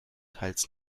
teils